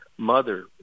mother